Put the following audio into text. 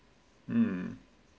um